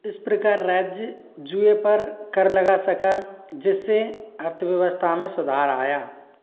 इस प्रकार राज्य जुए पर कर लगा सका जिस से अर्थव्यवस्था में सुधार आया